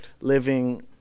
living